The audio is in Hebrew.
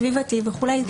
סביבתי וכולי.